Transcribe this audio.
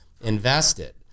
invested